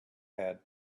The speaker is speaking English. had